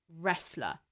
wrestler